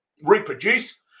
reproduce